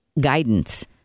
guidance